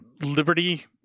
Liberty